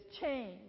change